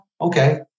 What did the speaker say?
okay